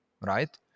Right